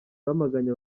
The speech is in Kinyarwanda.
bamaganye